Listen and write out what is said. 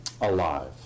alive